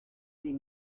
les